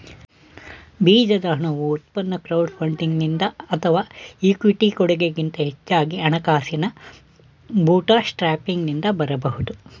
ಬೀಜದ ಹಣವು ಉತ್ಪನ್ನ ಕ್ರೌಡ್ ಫಂಡಿಂಗ್ನಿಂದ ಅಥವಾ ಇಕ್ವಿಟಿ ಕೊಡಗೆ ಗಿಂತ ಹೆಚ್ಚಾಗಿ ಹಣಕಾಸಿನ ಬೂಟ್ಸ್ಟ್ರ್ಯಾಪಿಂಗ್ನಿಂದ ಬರಬಹುದು